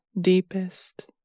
deepest